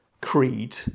creed